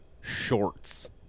shorts